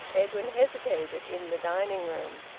edwin hesitated in the dining-room.